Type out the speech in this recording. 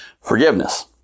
forgiveness